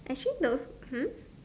actually those hmm